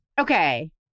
Okay